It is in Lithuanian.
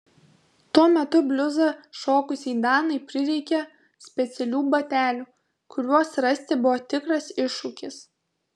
tuo metu bliuzą šokusiai danai prireikė specialių batelių kuriuos rasti buvo tikras iššūkis